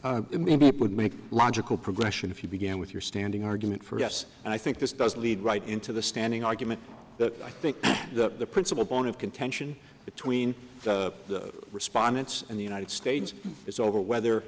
it would make logical progression if you began with your standing argument for us and i think this does lead right into the standing argument that i think that the principle point of contention between the respondents in the united states is over whether